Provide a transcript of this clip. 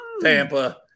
Tampa